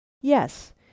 Yes